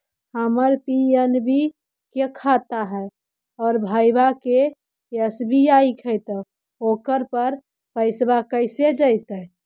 हमर पी.एन.बी के खाता है और भईवा के एस.बी.आई के है त ओकर पर पैसबा कैसे जइतै?